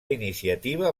iniciativa